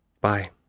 Bye